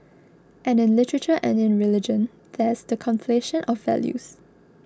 and in literature and in religion there's the conflation of values